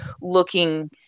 looking